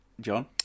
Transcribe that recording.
john